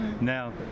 Now